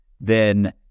then-